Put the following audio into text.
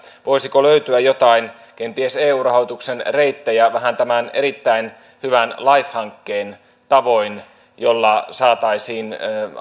voisiko löytyä jotain kenties eu rahoituksen reittejä vähän tämän erittäin hyvän life hankkeen tavoin jolla saataisiin